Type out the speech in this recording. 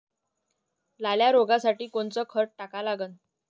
लाल्या रोगासाठी कोनचं खत टाका लागन?